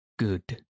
Good